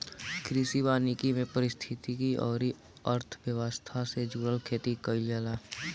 कृषि वानिकी में पारिस्थितिकी अउरी अर्थव्यवस्था से जुड़ल खेती कईल जाला